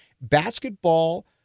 Basketball